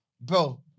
Bro